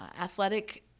athletic